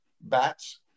bats